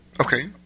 Okay